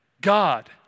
God